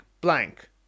blank